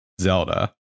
Zelda